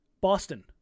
boston